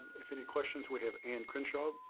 if any questions, we have ann crenshaw.